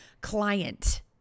client